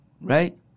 right